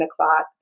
o'clock